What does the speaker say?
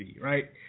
right